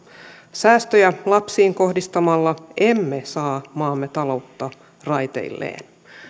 säästöjä lapsiin kohdistamalla emme saa maamme taloutta raiteilleen